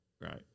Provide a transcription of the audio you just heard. Right